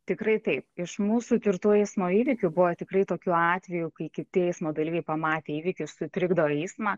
tikrai taip iš mūsų tirtų eismo įvykių buvo tikrai tokių atvejų kai kiti eismo dalyviai pamatę įvykį sutrikdo eismą